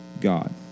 God